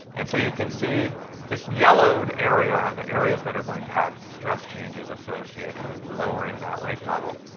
and so you can see this yellowed area are the areas that are going to have stress changes associated with lowering that lake level.